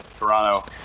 Toronto